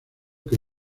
que